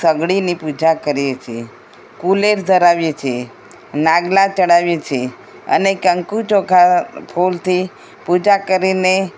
સગડીની પૂજા કરીએ છીએ કુલેર ધરાવીએ છીએ નાગલા ચળાવીએ છીએ અને કંકુ ચોખા ફૂલથી પૂજા કરીને